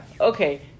okay